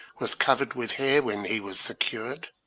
was covered with hair when he was suc coured,